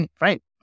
right